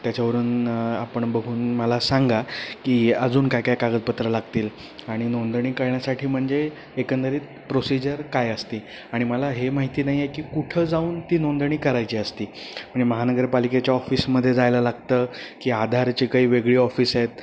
त्याच्यावरून आपण बघून मला सांगा की अजून काय काय कागदपत्र लागतील आणि नोंदणी करण्यासाठी म्हणजे एकंदरीत प्रोसिजर काय असते आणि मला हे माहिती नाही आहे की कुठं जाऊन ती नोंदणी करायची असते म्हणजे महानगरपालिकेच्या ऑफिसमध्ये जायला लागतं की आधारची काही वेगळी ऑफिस आहेत